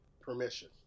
permission